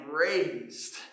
raised